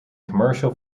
commercial